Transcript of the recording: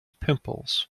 pimples